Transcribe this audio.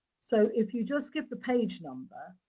so, if you just get the page number,